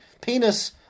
penis